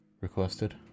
requested